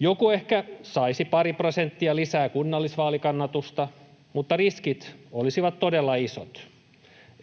Joku ehkä saisi pari prosenttia lisää kunnallisvaalikannatusta, mutta riskit olisivat todella isot.